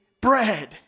bread